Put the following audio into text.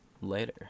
later